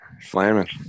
Flaming